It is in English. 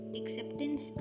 acceptance